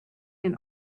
and